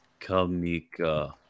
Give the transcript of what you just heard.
kamika